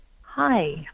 Hi